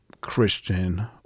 Christian